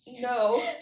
No